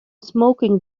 smoking